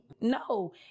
No